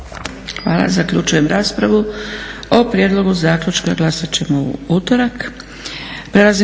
Hvala. Zaključujem raspravu. O prijedlogu zaključka glasat ćemo u utorak.